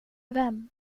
vem